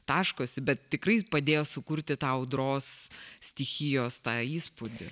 taškosi bet tikrai padėjo sukurti tau audros stichijos tą įspūdį